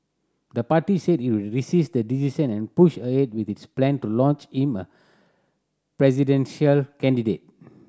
the party said it would resist the decision and push ahead with its plan to launch him a presidential candidate